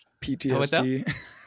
PTSD